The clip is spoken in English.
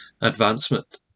advancement